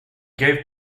gave